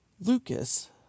Lucas